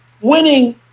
winning